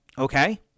Okay